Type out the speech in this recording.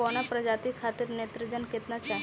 बौना प्रजाति खातिर नेत्रजन केतना चाही?